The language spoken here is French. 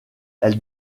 elle